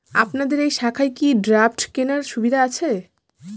আপনাদের এই শাখায় কি ড্রাফট কেনার সুবিধা আছে?